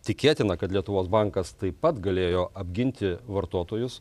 tikėtina kad lietuvos bankas taip pat galėjo apginti vartotojus